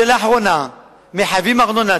שלאחרונה מחייבים ארנונה,